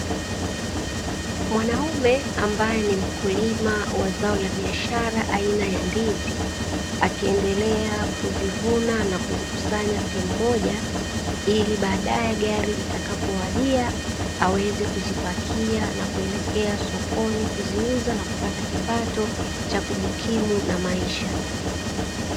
Mwanaume ambaye ni mkulima wa zao la biashara aina ya ndizi. Akiendelea kuzivuna na kuzikusanya sehemu moja, ili baadae gari itakapowadia aweze kuzipakia na kuelekea sokoni kuziuza na kupata kipato cha kujikimu na maisha.